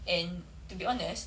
and to be honest